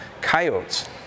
coyotes